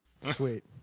Sweet